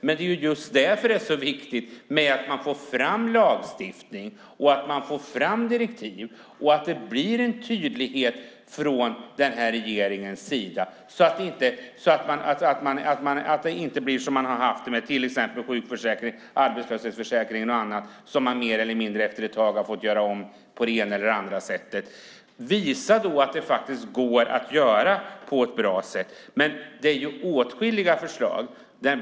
Men just därför är det så viktigt att man får fram lagstiftning och direktiv och att det blir en tydlighet från regeringens sida. Annars blir det som det har varit med sjukförsäkringen, arbetslöshetsförsäkringen och annat som man efter ett tag har fått göra om på det ena eller andra sättet. Visa att detta går att göra på ett bra sätt!